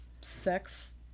sex